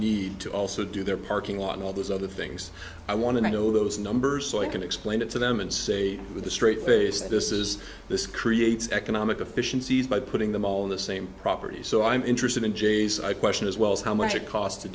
need to also do their parking on all those other things i want to know those numbers so i can explain it to them and say with a straight face that this is this creates economic efficiency by putting them all in the same property so i'm interested in j's i question as well as how much it costs to